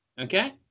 Okay